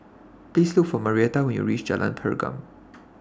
Please Look For Marietta when YOU REACH Jalan Pergam